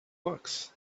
books